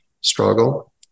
struggle